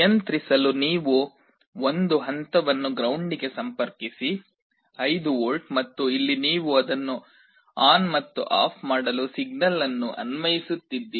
ನಿಯಂತ್ರಿಸಲು ನೀವು ಒಂದು ಹಂತವನ್ನು ಗ್ರೌಂಡಿಗೆ ಸಂಪರ್ಕಿಸಿ 5 ವೋಲ್ಟ್ ಮತ್ತು ಇಲ್ಲಿ ನೀವು ಅದನ್ನು ಆನ್ ಮತ್ತು ಆಫ್ ಮಾಡಲು ಸಿಗ್ನಲ್ ಅನ್ನು ಅನ್ವಯಿಸುತ್ತಿದ್ದೀರಿ